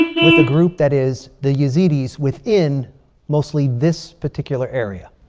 with a group that is the yazidis within mostly this particular area.